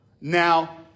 now